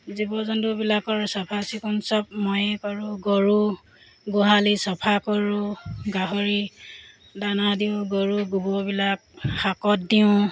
জীৱ জন্তুবিলাকৰ চাফ চিকুণ চব ময়েই কৰোঁ গৰু গোহালি চফা কৰোঁ গাহৰি দানা দিওঁ গৰু গোবৰবিলাক শাকত দিওঁ